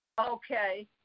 Okay